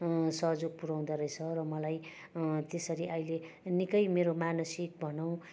सहयोग पुऱ्याउँदो रहेछ छ र मलाई त्यसरी अहिले निकै मेरो मानसिक भनौँ